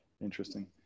Interesting